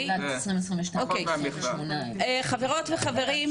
חברות וחברים,